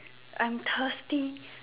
I'm thirsty